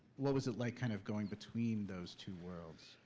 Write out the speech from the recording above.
what was it like kind of going between those two worlds?